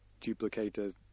duplicator